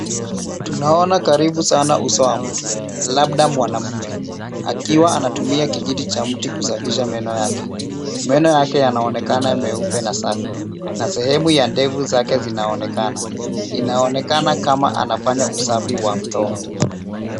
Tunaona karibu sana uso wa mtu labda mwanamume akiwa anatumia kijiti cha mti kusafisha meno yake. Meno yake yanaonekana meupe na safi na sehemu ya ndevu zake zinaonekana. Inaonekana kama anafanya usafi wa mdomo.